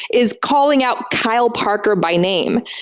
is calling out kyle parker by name.